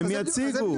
הם יציגו.